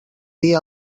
dia